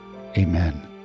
Amen